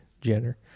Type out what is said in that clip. jenner